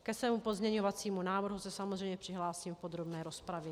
Ke svému pozměňovacímu návrhu se samozřejmě přihlásím v podrobné rozpravě.